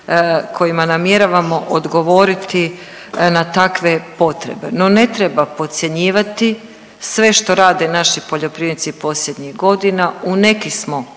kojima namjeravamo odgovoriti na takve potrebe. No, ne treba podcjenjivati sve što rade naši poljoprivrednici posljednjih godina. U nekim smo